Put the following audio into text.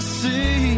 see